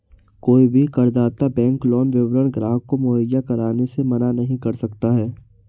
कोई भी करदाता बैंक लोन विवरण ग्राहक को मुहैया कराने से मना नहीं कर सकता है